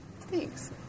Thanks